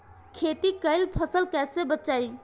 खेती कईल फसल कैसे बचाई?